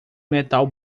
metal